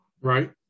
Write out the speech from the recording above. Right